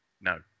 No